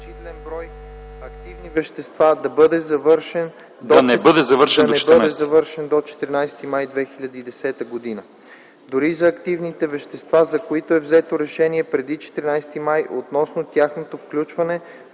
на значителен брой активни вещества да не бъде завършен до 14 май 2010 г. Дори за активните вещества, за които е взето решение преди 14 май, относно тяхното включване